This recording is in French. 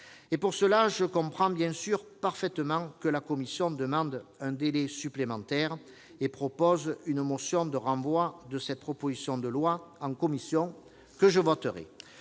Pour cela, je comprends bien sûr parfaitement que la commission demande un délai supplémentaire et propose une motion de renvoi de la proposition de loi en commission, que je voterai.